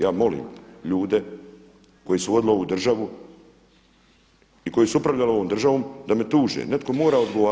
Ja molim ljude koji su vodili ovu državu i koji su upravljali ovom državom da me tuže, netko mora odgovarati.